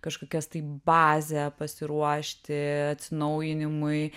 kažkokias tai bazę pasiruošti atsinaujinimui